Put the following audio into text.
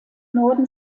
norden